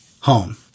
home